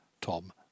Tom